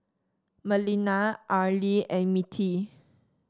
Melina Arly and Mittie